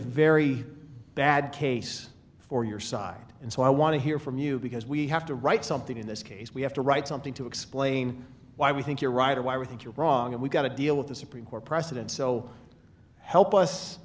very bad case for your side and so i want to hear from you because we have to write something in this case we have to write something to explain why we think you're right or why we think you're wrong and we've got to deal with the supreme court precedent so help us